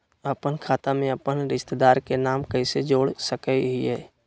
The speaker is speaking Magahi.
अपन खाता में अपन रिश्तेदार के नाम कैसे जोड़ा सकिए हई?